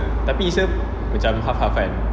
tapi isa macam half half kan